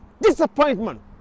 Disappointment